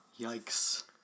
Yikes